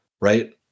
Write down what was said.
right